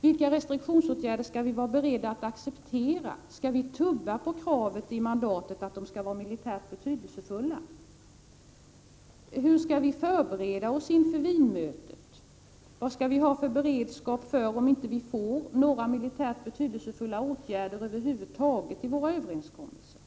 Vilka restriktionsåtgärder skall vi vara beredda att acceptera? Skall vi tubba på kravet i mandatet att de skall vara militärt betydelsefulla? Hur skall vi förbereda oss inför Wienmötet? Vad skall vi ha beredskap för om det inte finns några militärt betydelsefulla åtgärder över huvud taget i våra överenskommelser?